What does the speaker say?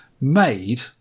made